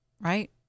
Right